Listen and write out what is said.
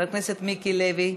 חבר הכנסת מיקי לוי,